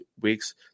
weeks